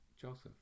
Joseph